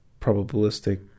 probabilistic